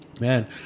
Man